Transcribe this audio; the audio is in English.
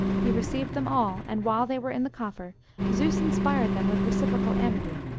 he received them all and while they were in the coffer zeus inspired them with reciprocal amity,